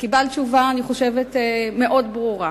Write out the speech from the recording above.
אני חושבת שקיבלת תשובה מאוד ברורה.